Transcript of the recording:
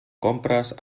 compres